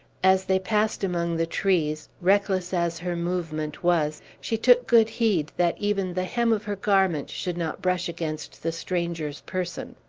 as they passed among the trees, reckless as her movement was, she took good heed that even the hem of her garment should not brush against the stranger's person.